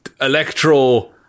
Electro